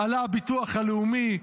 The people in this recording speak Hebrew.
עלה הביטוח הלאומי,